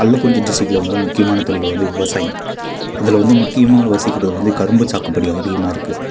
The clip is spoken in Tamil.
கள்ளக்குறிச்சி டிஸ்ட்ரிக்டில வந்து முக்கியமான தொழில் வந்து விவசாயம் அதில் வந்து முக்கியமாக வசிக்கிறது வந்து கரும்பு சாகுபடி அதிகமாக இருக்கு